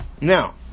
Now